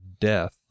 death